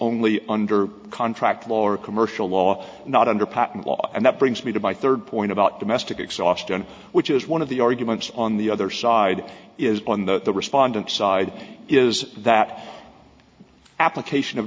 only under contract law or commercial law not under patent law and that brings me to my third point about domestic exhaustion which is one of the arguments on the other side is on the respondent side is that application of